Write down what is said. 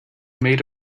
made